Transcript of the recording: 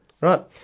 right